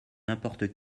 n’importe